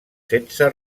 setze